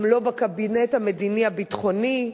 גם לא בקבינט המדיני-הביטחוני.